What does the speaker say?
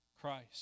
Christ